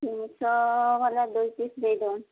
ତିନିଶହ ଵାଲା ଦୁଇ ପିସ୍ ଦେଇଦିଅନ୍ତୁ